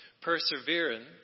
Perseverance